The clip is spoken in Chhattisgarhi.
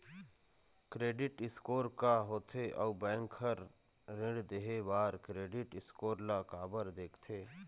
क्रेडिट स्कोर का होथे अउ बैंक हर ऋण देहे बार क्रेडिट स्कोर ला काबर देखते?